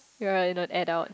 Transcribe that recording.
you're in a adult